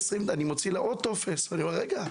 הוצאתי לה עוד טופס, ואחרי זה